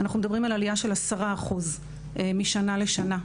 אנחנו מדברים על עלייה של 10% משנה לשנה,